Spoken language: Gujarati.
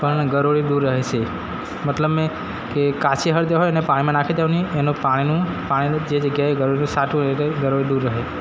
પણ ગરોળી દૂર રહે છે મતલબ એ કે કાચી હળદર હોય એને પાણીમાં નાંખી દેવાની એનું પાણીનું પાણીનું જે જગ્યાએ ગરોળી છાંટ્યું હોય ગરોળી દૂર રહે